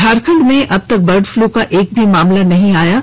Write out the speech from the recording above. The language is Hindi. झारखंड में अब तक बर्ड फ्लू का एक भी मामला नहीं मिला है